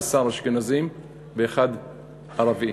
11 אשכנזים ואחד ערבי.